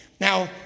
Now